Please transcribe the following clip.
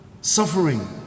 Suffering